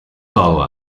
follow